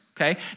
okay